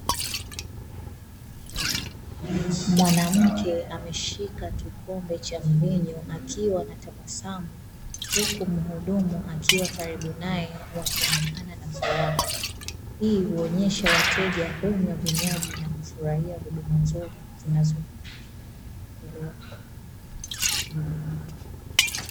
Mwanamke ameshika kikombe cha mvinyo akiwa anatabasamu, huku mhudumu akiwa karibu nae wakionekana na furaha. Hii huonyesha wateja hunywa vinywaji na kufurahia huduma nzuri zinazotolewa.